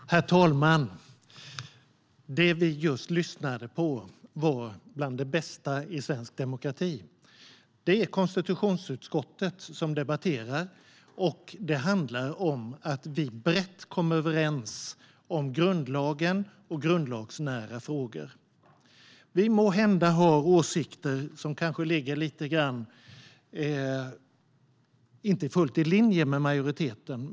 Herr talman! Det vi just lyssnade på var bland det bästa i svensk demokrati. Det är konstitutionsutskottet som debatterar, och det handlar om att vi brett kommer överens om grundlagen och grundlagsnära frågor. Vi måhända har åsikter som kanske inte ligger fullt i linje med majoritetens.